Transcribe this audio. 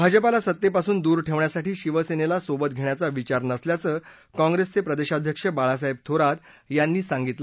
भाजपाला सत्तेपासून दूर ठेवण्यासाठी शिवसेनेला सोबत घेण्याचा विचार नसल्याचं काँप्रेस प्रदेशाध्यक्ष बाळासाहेब थोरात यांनी सांगितलं